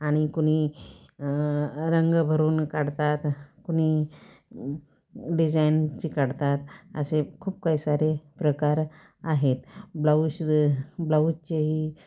आणि कुणी रंग भरून काढतात कुणी डिझाईनची काढतात असे खूप काही सारे प्रकार आहेत ब्लाऊज ब्लाऊजचेही